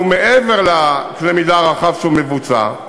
מעבר לקנה המידה הרחב שבו הוא מבוצע,